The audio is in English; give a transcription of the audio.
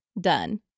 done